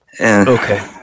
Okay